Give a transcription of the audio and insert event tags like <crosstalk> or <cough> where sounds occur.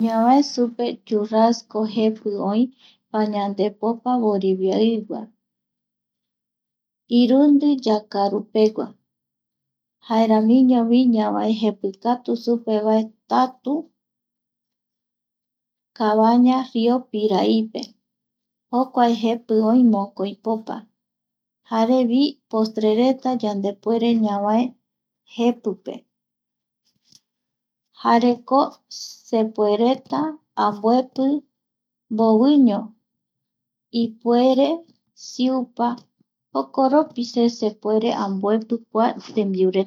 Ñavae supe churrasco jepi oi pañandepopa voriviaigua, irundi yakarupegua, jaramiñovi ñavae jepikatu supereta vae tatu, cabaña río piraipe ,jokuae jepi oï mokoipopa, jarevi postre reta yandepuere ñavae jepipe <noise> jareko, sepuere ta amboepi <noise> mboviño ipurere siupa jokoropi se <noise> sepuere amboepi kua tembiureta